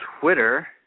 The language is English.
Twitter